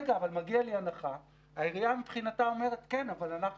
כרגע המצב החוקי הוא שלאחר מכן אנחנו חוזרים